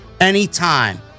anytime